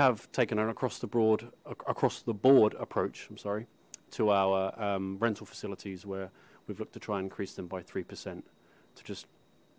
have taken our across the broad across the board approach i'm sorry to our rental facilities where we've looked to try and increase them by three percent to just